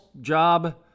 job